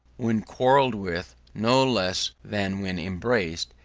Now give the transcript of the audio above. when quarrelled with, no less than when embraced,